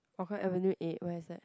Hougang avenue eight where is that